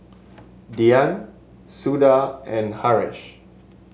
Dhyan Suda and Haresh